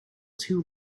too